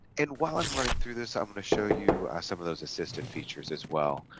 and while i'm running through this i'm going to show you some of those assistive features as well